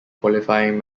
qualifying